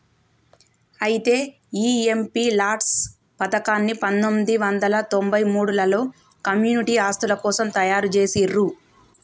అయితే ఈ MP LADS పథకాన్ని పందొమ్మిది వందల తొంభై మూడులలో కమ్యూనిటీ ఆస్తుల కోసం తయారు జేసిర్రు